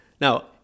Now